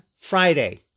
Friday